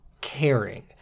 caring